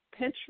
Pinterest